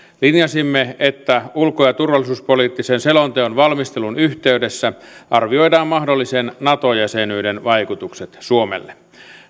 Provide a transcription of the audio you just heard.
linjasimme että ulko ja turvallisuuspoliittisen selonteon valmistelun yhteydessä arvioidaan mahdollisen nato jäsenyyden vaikutukset suomelle